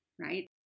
right